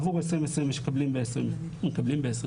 עבור 2020 מקבלים ב-2020,